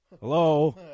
Hello